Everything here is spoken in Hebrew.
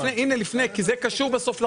הנה, לפני כי זה בסוף קשור לחוק.